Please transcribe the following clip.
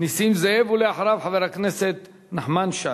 נסים זאב, ולאחריו, חבר הכנסת נחמן שי.